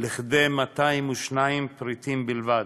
לכדי 202 פריטים בלבד,